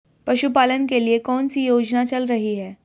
पशुपालन के लिए कौन सी योजना चल रही है?